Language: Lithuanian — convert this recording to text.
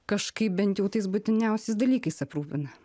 kažkaip bent jau tais būtiniausiais dalykais aprūpina